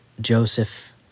Joseph